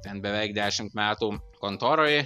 ten beveik dešimt metų kontoroj